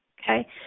okay